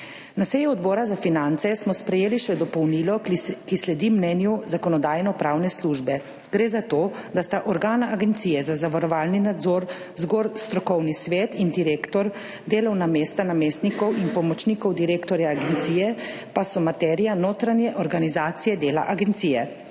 Na seji Odbora za finance smo sprejeli še dopolnilo, ki sledi mnenju Zakonodajno-pravne službe. Gre za to, da sta organa Agencije za zavarovalni nadzor zgolj strokovni svet in direktor, delovna mesta namestnikov in pomočnikov direktorja agencije pa so materija notranje organizacije dela agencije.